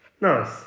nice